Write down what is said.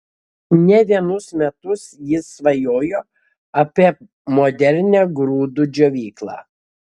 ne vienus metus jis svajojo apie modernią grūdų džiovyklą